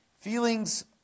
Feelings